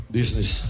Business